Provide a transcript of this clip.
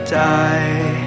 die